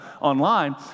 online